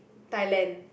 Thailand